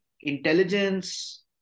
intelligence